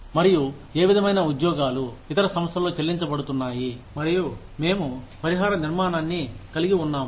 మరియు మేము పరిహార నిర్మాణాన్ని కలిగి ఉన్నాము